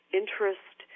interest